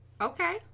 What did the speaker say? Okay